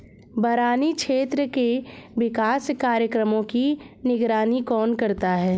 बरानी क्षेत्र के विकास कार्यक्रमों की निगरानी कौन करता है?